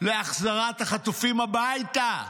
להחזרת החטופים הביתה,